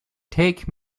take